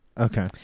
Okay